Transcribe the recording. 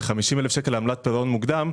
ו-50,000 שקל על עמלת פירעון מוקדם,